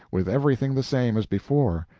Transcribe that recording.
with everything the same as before.